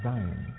Zion